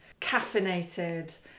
caffeinated